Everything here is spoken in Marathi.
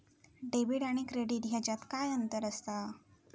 डेबिट आणि क्रेडिट ह्याच्यात काय अंतर असा?